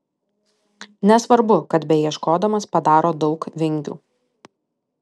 nesvarbu kad beieškodamas padaro daug vingių